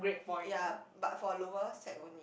ya but for lower sec only